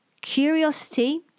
Curiosity